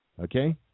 Okay